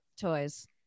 Toys